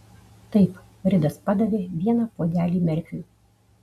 taip ridas padavė vieną puodelį merfiui